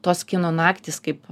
tos kino naktys kaip